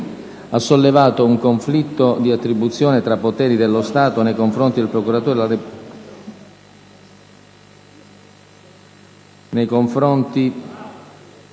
ha sollevato un conflitto di attribuzione tra poteri dello Stato nei confronti del Procuratore della Repubblica